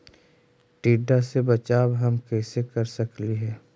टीडा से बचाव हम कैसे कर सकली हे?